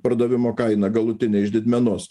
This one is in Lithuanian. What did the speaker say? pardavimo kaina galutinė iš didmenos